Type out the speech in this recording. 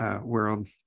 World